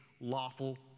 lawful